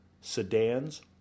sedans